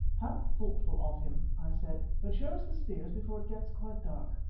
how thoughtful of him! i said. but show us the spears before it gets quite dark.